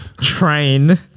train